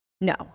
no